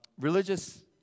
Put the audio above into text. religious